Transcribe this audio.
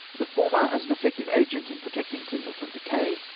the former as an effective agent in protecting timber from decay,